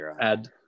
add